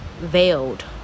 veiled